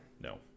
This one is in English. No